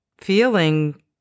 feeling